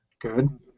Good